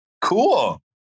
cool